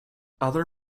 other